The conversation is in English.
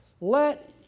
Let